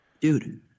dude